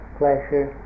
pleasure